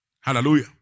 Hallelujah